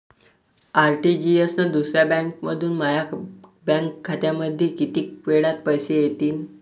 RTGS न दुसऱ्या बँकेमंधून माया बँक खात्यामंधी कितीक वेळातं पैसे येतीनं?